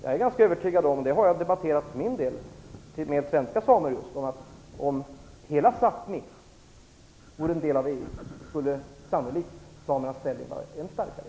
Jag har för min del debatterat med svenska samer om och är ganska övertygad om att för det fall att hela Sapmi vore en del av EU, skulle samernas ställning sannolikt vara ännu starkare.